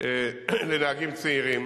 זה ההיגיינה הגופנית.